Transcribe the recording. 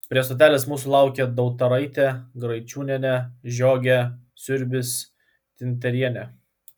prie stotelės mūsų laukė dautaraitė graičiūnienė žiogė siurbis tinterienė